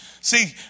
See